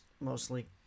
mostly